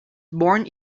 born